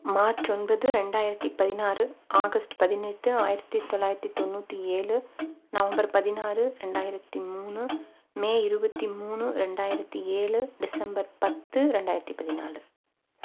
March ஒன்பது ரெண்டாயிரத்தி பதினாறு ஆகஸ்ட் பதினெட்டு ஆயிரத்தி தொள்ளாயிரத்தி தொண்ணூற்றி ஏழு நவம்பர் பதினாறு ரெண்டாயிரத்தி மூணு மே இருபத்தி மூணு ரெண்டாயிரத்தி ஏழு டிசம்பர் பத்து ரெண்டாயிரத்தி பதினாலு